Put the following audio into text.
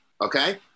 Okay